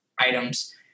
items